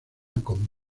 con